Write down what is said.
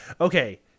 Okay